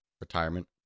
Retirement